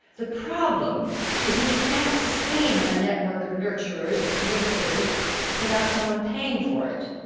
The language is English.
the problem is that you can't sustain a network of nurturers and communicators without someone paying for it.